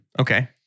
Okay